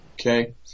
okay